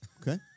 Okay